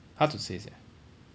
hard to say sia